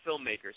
filmmakers